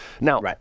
now